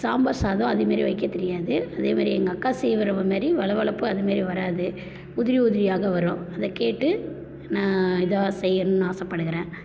சாம்பார் சாதம் அதே மாதிரி வைக்க தெரியாது அதே மாதிரி எங்கள் அக்கா செய்கிற மாதிரி வழவலப்பு அதே மாதிரி வராது உதிரி உதிரியாக வரும் அதை கேட்டு நான் இதாக செய்யணுன்னு ஆசைப்படுகிறேன்